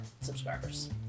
subscribers